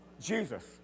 Jesus